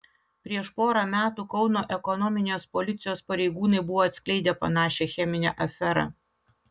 prieš porą metų kauno ekonominės policijos pareigūnai buvo atskleidę panašią cheminę aferą